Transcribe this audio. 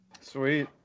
Sweet